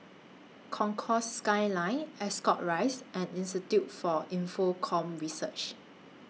Concourse Skyline Ascot Rise and Institute For Infocomm Research